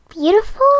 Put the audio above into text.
beautiful